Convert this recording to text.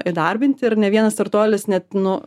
įdarbinti ir ne vienas startuolis net nu